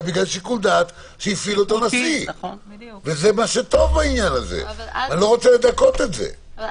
אני לא רוצה להגיד "טכני" במהותו,